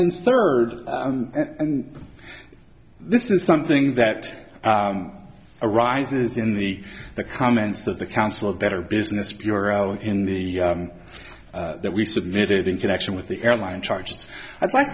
and third and this is something that arises in the the comments that the council of better business bureau in the that we submitted in connection with the airline charges i'd like